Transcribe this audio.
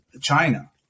China